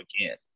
again